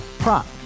Prop